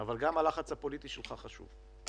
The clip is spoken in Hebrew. אבל גם הלחץ הפוליטי שלך חשוב.